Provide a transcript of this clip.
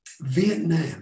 Vietnam